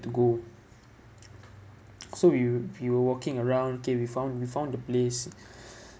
to go so we were we were walking around okay we found we found the place